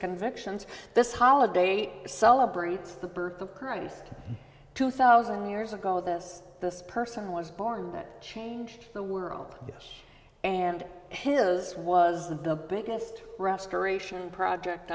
convictions this holiday celebrates the birth of christ two thousand years ago this person was born that changed the world and hills was the biggest restoration project